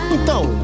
Então